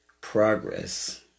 Progress